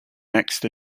next